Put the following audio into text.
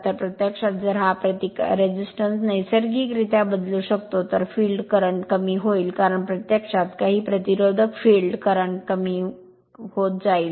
तर प्रत्यक्षात जर हा प्रतिकार नैसर्गिकरित्या बदलू शकतो तर फील्ड करंट कमी होईल कारण प्रत्यक्षात काही प्रतिरोधक फील्ड करंट कमी होत जाईल